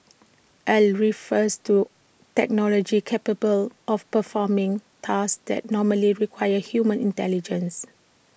al refers to technology capable of performing tasks that normally require human intelligence